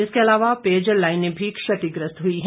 इसके अलावा पेयजल लाईने भी क्षतिग्रस्त हुई हैं